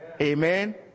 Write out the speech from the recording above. amen